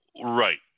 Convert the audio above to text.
Right